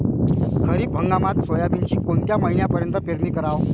खरीप हंगामात सोयाबीनची कोनच्या महिन्यापर्यंत पेरनी कराव?